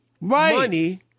money